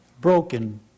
broken